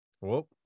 whoop